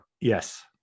Yes